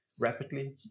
rapidly